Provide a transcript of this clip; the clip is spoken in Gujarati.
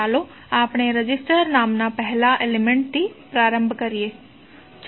ચાલો આપણે રેઝિસ્ટર નામના પહેલા એલિમેન્ટ્ થી પ્રારંભ કરીએ